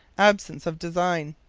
absence of design.